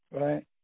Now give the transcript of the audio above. right